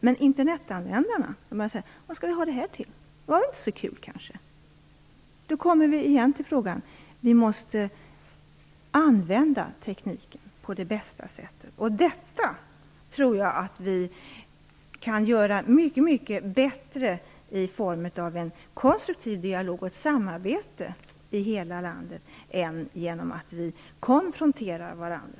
Men Internetanvändarna börjar säga: Vad skall vi ha det här till? Det var kanske inte så kul. Då kommer vi tillbaka till att vi måste använda tekniken på det bästa sättet. Och detta tror jag att vi kan göra mycket bättre i form av en konstruktiv dialog och ett samarbete i hela landet än genom att vi konfronterar varandra.